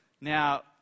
Now